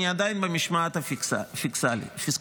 אני עדיין במשמעת הפיסקלית.